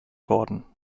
worden